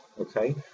Okay